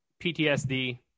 PTSD